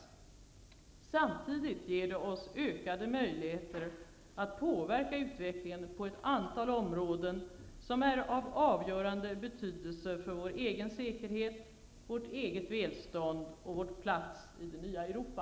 Samtidigt ger det oss ökade möjligheter att påverka utvecklingen på ett antal områden som är av avgörande betydelse för vår egen säkerhet, vårt eget välstånd och vår plats i det nya Europa.